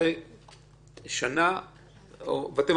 נניח, עכשיו